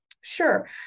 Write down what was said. Sure